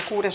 asia